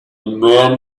men